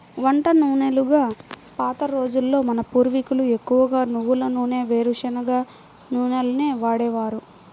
వంట నూనెలుగా పాత రోజుల్లో మన పూర్వీకులు ఎక్కువగా నువ్వుల నూనె, వేరుశనగ నూనెలనే వాడేవారు